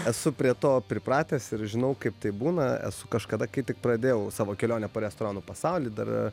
esu prie to pripratęs ir žinau kaip tai būna esu kažkada kai tik pradėjau savo kelionę po restoranų pasaulį dar